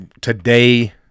today